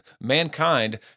mankind